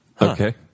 Okay